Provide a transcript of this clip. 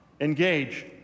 engage